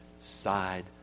side